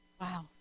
Wow